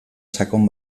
sakon